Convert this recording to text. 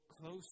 close